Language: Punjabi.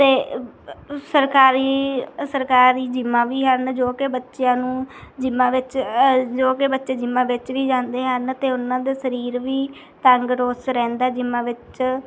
ਅਤੇ ਸਰਕਾਰੀ ਸਰਕਾਰੀ ਜ਼ਿੰਮਾਂ ਵੀ ਹਨ ਜੋ ਕਿ ਬੱਚਿਆਂ ਨੂੰ ਜ਼ਿੰਮਾਂ ਵਿੱਚ ਜੋ ਕਿ ਬੱਚੇ ਜਿੰਮਾਂ ਵਿੱਚ ਵੀ ਜਾਂਦੇ ਹਨ ਅਤੇ ਉਹਨਾਂ ਦੇ ਸਰੀਰ ਵੀ ਤੰਦਰੁਸਤ ਰਹਿੰਦਾ ਹੈ ਜ਼ਿੰਮਾਂ ਵਿੱਚ